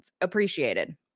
appreciated